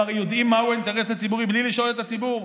הם הרי יודעים מהו האינטרס הציבורי בלי לשאול את הציבור.